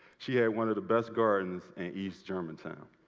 she had one of the best gardens in east germantown.